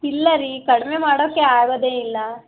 ಇಲ್ಲ ರೀ ಕಡಿಮೆ ಮಾಡೋಕ್ಕೆ ಆಗೋದೇ ಇಲ್ಲ